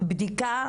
בדיקה